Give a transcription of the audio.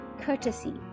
courtesy